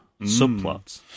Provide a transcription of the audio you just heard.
subplots